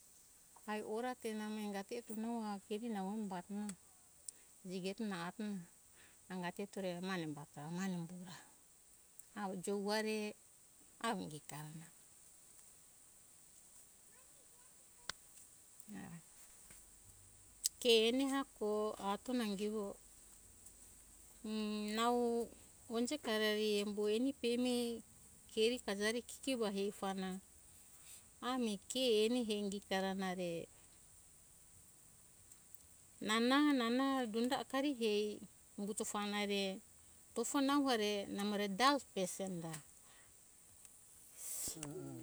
Ai or ate namo engati eto na umbati ona jigeto na hanana kitore mane umbora avo te umbrae ami kito ke eni hako engato ingivo u nau onjekarari embo eni pemi keri kajari kikiva ehe ufana ami ke eni henge ara na re nana nana donda akari hie umbuto ufana re tofo nau hare namore da ufo re na